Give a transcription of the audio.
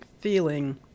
feeling